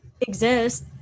exist